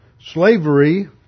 slavery